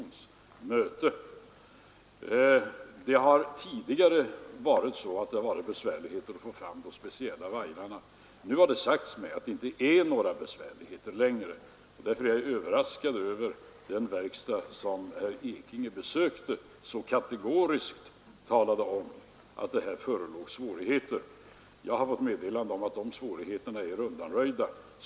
Det har tidigare varit besvärligheter när det gällt att få fram den speciella typ av vajer som det gäller. Nu har det sagts mig att det inte föreligger några sådana besvärligheter. Därför är jag överraskad av att den verkstad, som herr Ekinge besökte, så kategoriskt uttalade att man hade sådana svårigheter. Jag har fått meddelande om att dessa svårigheter är undanröjda.